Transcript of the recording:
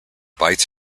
bites